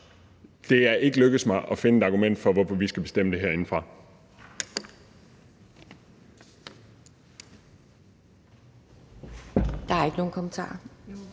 Det er ikke lykkedes mig at finde et argument for, hvorfor vi skal bestemme det herindefra.